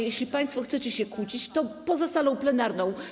Jeśli państwo chcecie się kłócić, to poza salą plenarną.